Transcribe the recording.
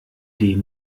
dem